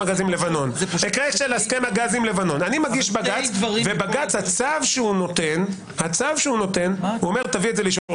הגז עם לבנון והצו שבג"ץ נותן אומר תביא את זה לאישור הכנסת.